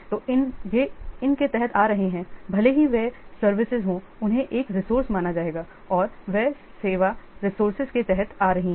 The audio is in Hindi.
तो ये इन के तहत आ रहे हैं भले ही वे सेवाएं हों उन्हें एक रिसोर्से माना जाएगा और वे सेवा रिसोर्सेज के तहत आ रहे हैं